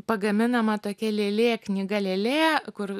pagaminama tokia lėlė knyga lėlė kur